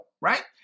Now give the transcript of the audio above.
right